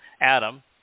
Adam